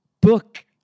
book